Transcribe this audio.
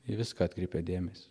į viską atkreipia dėmesį